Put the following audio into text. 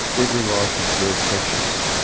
every life is very precious,